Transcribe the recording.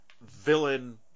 Villain